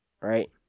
right